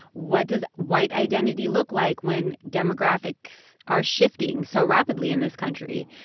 what does white identity look like when demographics are shifting so rapidly in this country?